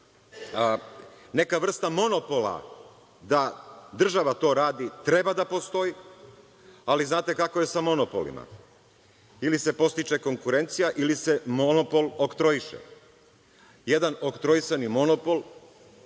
neka vrsta monopola da država to radi treba da postoji, ali znate kako je sa monopolima, ili se podstiče konkurencija ili se monopol oktroiše. Jedan oktroisani monopol